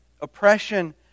oppression